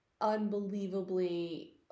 unbelievably